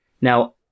Now